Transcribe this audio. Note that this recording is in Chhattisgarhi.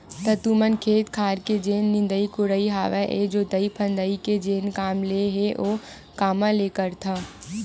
त तुमन खेत खार के जेन निंदई कोड़ई हवय या जोतई फंदई के जेन काम ल हे ओ कामा ले करथव?